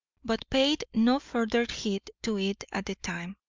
but paid no further heed to it at the time.